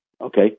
okay